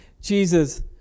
Jesus